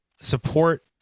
support